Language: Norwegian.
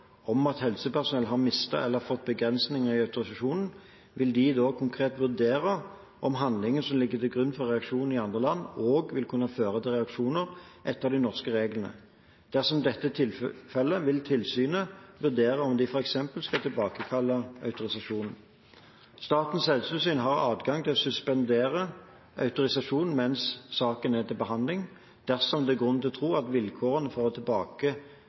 om at helsepersonell har mistet eller fått begrensninger i autorisasjonen, vil de konkret vurdere om handlingene som ligger til grunn for reaksjonen i andre land, også vil kunne føre til reaksjoner etter de norske reglene. Dersom dette er tilfellet, vil tilsynet vurdere om de f.eks. skal tilbakekalle autorisasjonen. Statens helsetilsyn har adgang til å suspendere autorisasjonen mens saken er til behandling, dersom det er grunn til å tro at vilkårene for